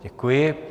Děkuji.